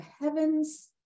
heavens